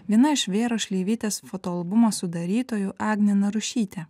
viena iš vyro šleivytės fotoalbumo sudarytojų agnė narušytė